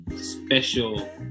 special